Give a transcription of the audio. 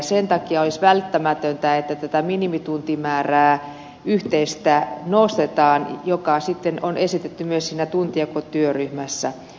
sen takia olisi välttämätöntä että tätä yhteistä minimituntimäärää nostetaan joka sitten on esitetty myös siinä tuntijakotyöryhmässä